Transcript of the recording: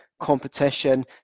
competition